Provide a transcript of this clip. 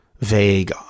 vague